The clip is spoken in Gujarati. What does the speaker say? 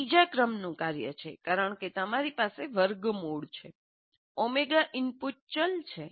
તે બીજા ક્રમનું કાર્ય છે કારણ કે તમારી પાસે વર્ગમૂળ છે ઓમેગા ઇનપુટ ચલ છે